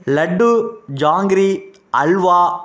laddu jangiri halwa